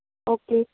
okay